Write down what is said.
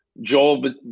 Joel